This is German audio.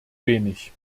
wenig